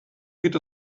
geht